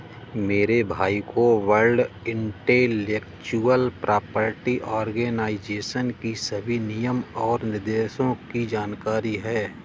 मेरे भाई को वर्ल्ड इंटेलेक्चुअल प्रॉपर्टी आर्गेनाईजेशन की सभी नियम और निर्देशों की जानकारी है